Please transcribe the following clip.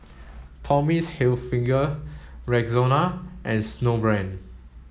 Tommy's Hilfiger Rexona and Snowbrand